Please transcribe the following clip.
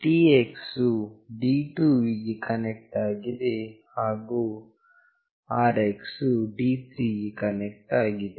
TX ವು D2 ವಿಗೆ connect ಆಗಿದೆ ಹಾಗು RX ವು D3 ಗೆ ಕನೆಕ್ಟ್ ಆಗಿದೆ